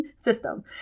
system